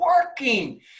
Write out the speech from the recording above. working